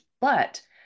but-